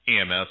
EMS